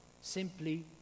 simply